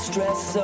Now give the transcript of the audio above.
Stress